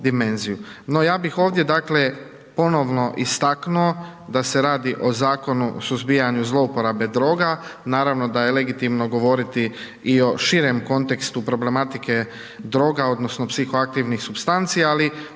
No, ja bih ovdje dakle ponovno istaknuo da se radi o Zakonu o suzbijanju zlouporabe droga, naravno da je legitimno govoriti i o širem kontekstu problematike droga odnosno psihoaktivnih supstanci, ali